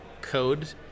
code